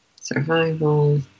Survival